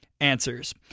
answers